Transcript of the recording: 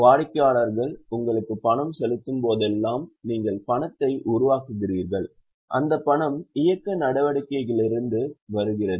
வாடிக்கையாளர் உங்களுக்கு பணம் செலுத்தும்போதெல்லாம் நீங்கள் பணத்தை உருவாக்குகிறீர்கள் அந்த பணம் இயக்க நடவடிக்கையிலிருந்து வருகிறது